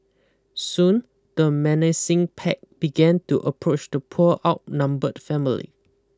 soon the menacing pack began to approach the poor outnumbered family